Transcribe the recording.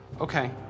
Okay